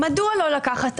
את נציגי